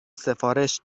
سفارش